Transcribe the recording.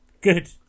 Good